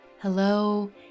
Hello